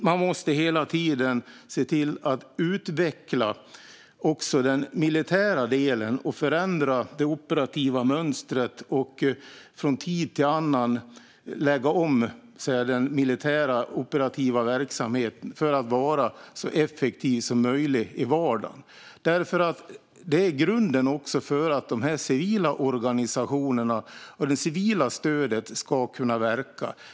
Man måste se till att utveckla den militära delen och förändra det operativa mönstret - från tid till annan lägga om den militära operativa verksamheten för att vara så effektiv som möjligt i vardagen. Det är grunden för att de civila organisationerna och det civila stödet ska kunna verka.